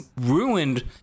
ruined